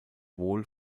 wohl